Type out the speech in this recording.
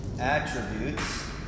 attributes